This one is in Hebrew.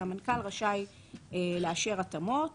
והמנכ"ל רשאי לאשר התאמות